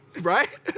Right